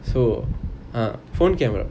so ah phone camera